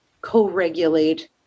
co-regulate